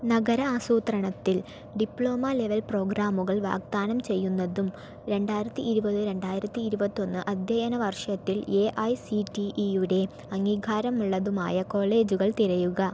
നഗര ആസൂത്രണത്തിൽ diploma level പ്രോഗ്രാമുകൾ വാഗ്ദാനം ചെയ്യുന്നതും രണ്ടായിരത്തി ഇരുപത് രണ്ടായിരത്തി ഇരുപത്തൊന്ന് അധ്യയന വർഷത്തിൽ എ ഐ സി ടി ഇയുടെ അംഗീകാരമുള്ളതുമായ കോളേജുകൾ തിരയുക